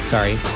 Sorry